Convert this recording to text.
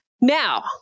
Now